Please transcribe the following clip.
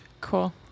cool